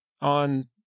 on